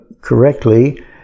correctly